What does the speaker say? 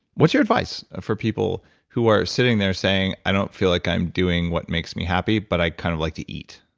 what's your advice for people who are sitting there saying, i don't feel like i'm doing what makes me happy, but i kind of like to eat.